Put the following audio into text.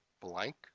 blank